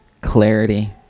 clarity